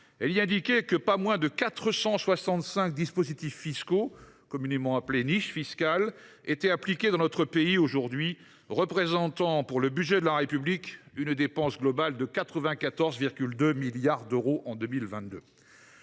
Elle y indiquait que pas moins de 465 dispositifs, communément appelés « niches fiscales », étaient appliqués dans notre pays aujourd’hui, représentant pour le budget de la République une dépense globale de 94,2 milliards d’euros en 2022.